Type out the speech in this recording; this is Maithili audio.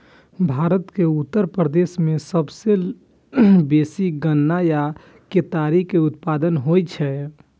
भारत के उत्तर प्रदेश मे सबसं बेसी गन्ना या केतारी के उत्पादन होइ छै